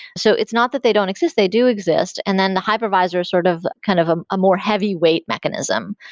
so it's not that they don't exist. they do exist, and then the hypervisor sort of kind of a more heavyweight mechanism.